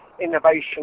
innovation